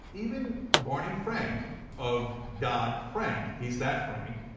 even barney frank of dodd-frank, he is that frank,